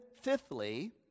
fifthly